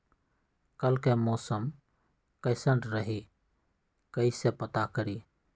कल के मौसम कैसन रही कई से पता करी?